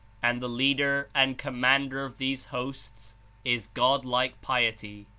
and the leader and commander of these hosts is godlike piety.